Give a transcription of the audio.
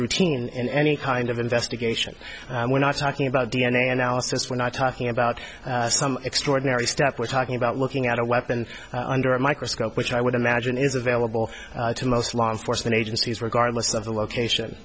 routine in any kind of investigation and we're not talking about d n a analysis we're not talking about some extraordinary step we're talking about looking at a weapon under a microscope which i would imagine is available to most law enforcement agencies regardless of the location